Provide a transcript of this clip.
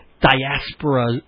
diaspora